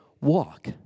walk